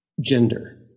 gender